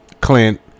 Clint